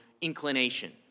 inclination